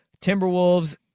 Timberwolves